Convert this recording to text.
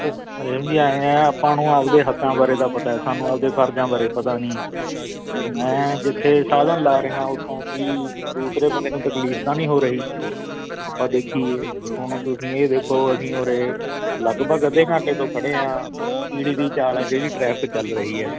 ਓ ਰੇਸ਼ਮ ਜੀ ਐਂਏ ਹੈ ਆਪਾਂ ਨੂੰ ਆਪਦੇ ਹੱਕਾਂ ਬਾਰੇ ਤਾਂ ਪਤਾ ਹੈ ਸਾਨੂੰ ਆਪਦੇ ਫਰਜ਼ਾਂ ਬਾਰੇ ਪਤਾ ਨਹੀਂ ਵੀ ਮੈਂ ਜਿੱਥੇ ਸਾਧਨ ਲਾ ਰਿਹਾ ਉੱਥੋਂ ਕੀ ਦੂਸਰੇ ਬੰਦੇ ਨੂੰ ਤਕਲੀਫ ਤਾਂ ਨਹੀਂ ਹੋ ਰਹੀ ਆਪਾਂ ਦੇਖੀਏ ਹੁਣ ਤੁਸੀਂ ਇਹ ਦੇਖੋ ਅਸੀਂ ਉਰੇ ਲਗਭਗ ਅੱਧੇ ਘੰਟੇ ਤੋਂ ਖੜ੍ਹੇ ਹਾਂ ਕੀੜੀ ਦੀ ਚਾਲ ਹੈ ਜਿਹੜੀ ਟਰੈਫਿਕ ਚੱਲ ਰਹੀ ਹੈ